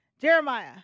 Jeremiah